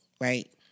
Right